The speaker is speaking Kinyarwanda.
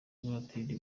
ivatiri